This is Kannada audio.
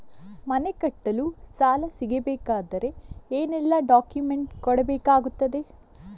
ಮನೆ ಕಟ್ಟಲು ಸಾಲ ಸಿಗಬೇಕಾದರೆ ಏನೆಲ್ಲಾ ಡಾಕ್ಯುಮೆಂಟ್ಸ್ ಕೊಡಬೇಕಾಗುತ್ತದೆ?